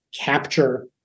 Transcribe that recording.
capture